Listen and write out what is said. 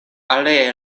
aliaj